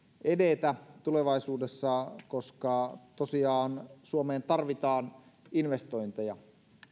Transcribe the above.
edetä tulevaisuudessa koska tosiaan suomeen tarvitaan investointeja